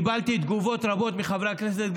קיבלתי תגובות רבות מחברי הכנסת,